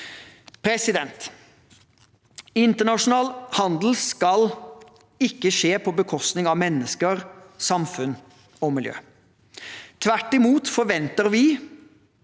samarbeide. Internasjonal handel skal ikke skje på bekostning av mennesker, samfunn og miljø. Tvert imot forventer vi